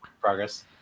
progress